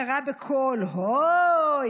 קרא בקול: הוי,